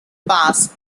pass